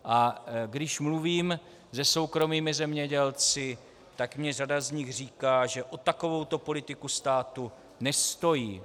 A když mluvím se soukromými zemědělci, tak mi řada z nich říká, že o takovouto politiku státu nestojí.